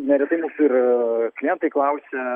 neretai mus ir klientai klausia